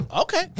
Okay